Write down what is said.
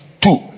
Two